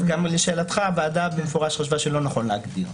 לשאלתך הוועדה במפורש חשבה שלא נכון להגדיר.